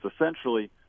essentially